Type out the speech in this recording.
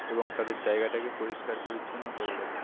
এবং তাদের জায়গাটাকে পরিষ্কার পরিচ্ছন্ন করে রাখি